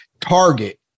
Target